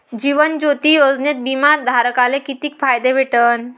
जीवन ज्योती योजनेत बिमा धारकाले किती फायदा भेटन?